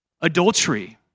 Adultery